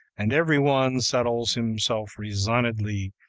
and everyone settles himself resignedly,